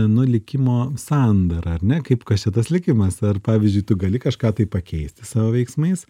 nu likimo sandarą ar ne kaip kas čia tas likimas ar pavyzdžiui tu gali kažką tai pakeisti savo veiksmais